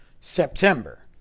September